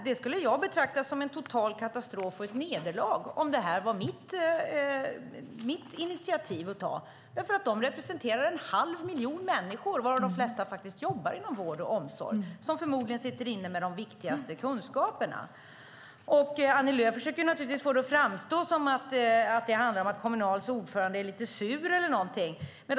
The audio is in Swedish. Det skulle jag betrakta som en total katastrof och ett nederlag om detta var mitt initiativ. Kommunal representerar en halv miljon människor, varav de flesta jobbar inom vård och omsorg och förmodligen sitter inne med de viktigaste kunskaperna. Annie Lööf försöker naturligtvis få det att framstå som att det handlar om att Kommunals ordförande är lite sur eller någonting sådant.